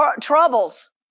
troubles